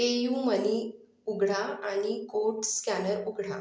PayUmoney उघडा आणि code scanner उघडा